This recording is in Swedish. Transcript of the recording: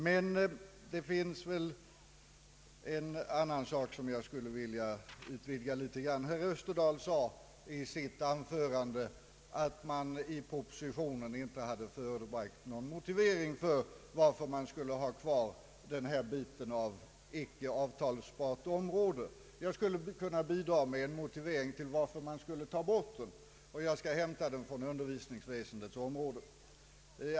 Det är emellertid en annan sak som jag litet mera vill beröra. Herr Österdahl nämnde i sitt anförande att det i propositionen inte hade lämnats någon motivering varför denna bit om icke avtalsbart område skulle finnas kvar. Jag skulle kunna bidra med en motivering till att den bör tas bort. Den motiveringen skall jag hämta från undervisningsväsendets område.